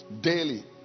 Daily